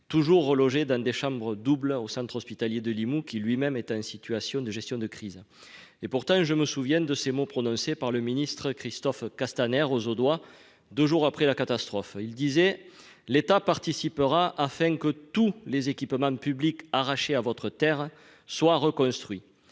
toujours relogés dans des chambres doubles au centre hospitalier de Limoux, qui lui-même est en situation de gestion de crise. Pourtant, je me souviens des mots adressés par le ministre Christophe Castaner aux Audois, deux jours après la catastrophe :« L'État participera afin que tous les équipements publics arrachés à votre terre soient reconstruits. »